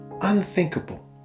unthinkable